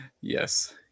Yes